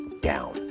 down